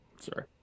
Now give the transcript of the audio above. Sorry